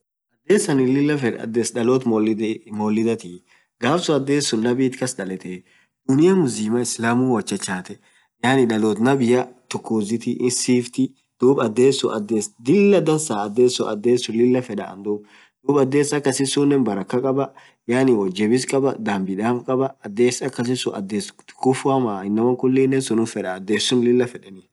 adees annin lilla feed, addes maulidatii guyyan suun adess dalot nabiatii gaafsuun ades sun naabit kass dalletee dunia muzimaan woat chachaee iss siftii adess sun lilla dansaa adess sun akamaa feddaa, addesss akasisun adess tukufuua akama fedaa annin.